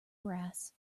brass